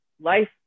life